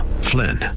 Flynn